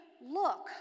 look